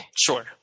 Sure